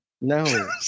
No